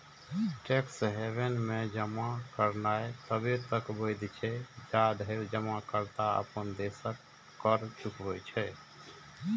tax haven मे जमा करनाय तबे तक वैध छै, जाधरि जमाकर्ता अपन देशक कर चुकबै छै